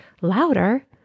louder